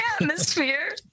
atmosphere